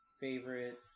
favorite